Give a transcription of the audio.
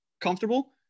comfortable